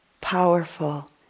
powerful